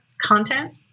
content